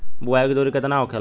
बुआई के दूरी केतना होखेला?